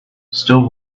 still